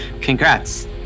congrats